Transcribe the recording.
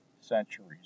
Centuries